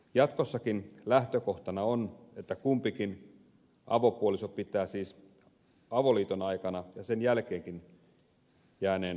jatkossakin lähtökohtana on että kumpikin avopuoliso pitää siis avoliiton aikana ja sen jälkeenkin omaisuutensa